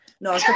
no